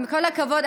עם כל הכבוד,